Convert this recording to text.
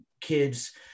kids